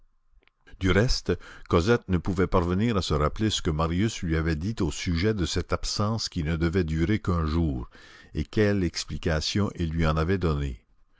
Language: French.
du reste cosette ne pouvait parvenir à se rappeler ce que marius lui avait dit au sujet de cette absence qui ne devait durer qu'un jour et quelle explication il lui en avait donnée